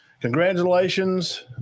congratulations